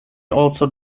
also